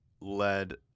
led